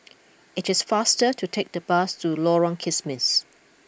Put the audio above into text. it is faster to take the bus to Lorong Kismis